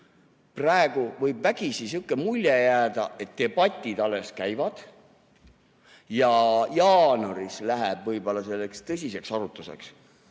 Praegu võib vägisi sihuke mulje jääda, et debatid alles käivad ja jaanuaris läheb võib-olla selleks tõsiseks arutluseks.